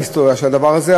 ההיסטוריה של הדבר הזה,